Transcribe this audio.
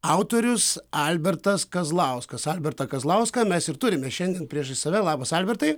autorius albertas kazlauskas albertą kazlauską mes ir turime šiandien priešais save labas albertai